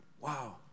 wow